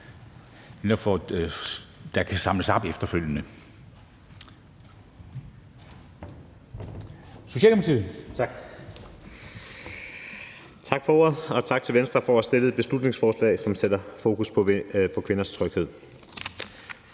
mig at samle op på efterfølgende.